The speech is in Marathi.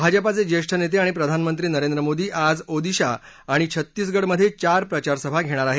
भाजपाचे ज्येष्ठ नेते आणि प्रधानमंत्री नरेंद्र मोदी आज ओदिशा आणि छत्तिसगडमधे चार प्रचारसभा घेणार आहेत